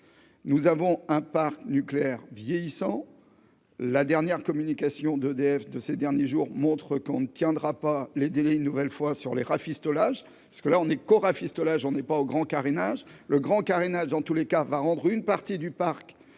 nous avons un parc nucléaire vieillissant, la dernière communication d'EDF de ces derniers jours montrent qu'on ne tiendra pas les délais, une nouvelle fois sur les rafistolages parce que là on est qu'au rafistolage, on n'est pas au grand carénage, le grand carnage dans tous les cas, va rendre une partie du parc